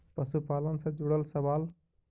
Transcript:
पशुपालन से जुड़ल सवाल?